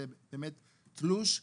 זה באמת תלוש,